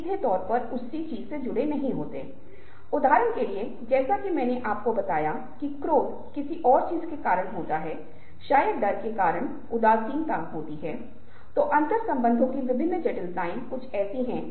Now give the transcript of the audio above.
और अगर आप कुछ ऐसा करने की कोशिश करते हैं जिसे मैंने वास्तविक जीवन में अलग अलग व्यक्तियों या आमने सामने या फोन पर की भूमिका निभाने का संकेत दिया है तो आपको पता चलेगा कि रणनीतियों में काफी अलग शुरुआत करनी होगी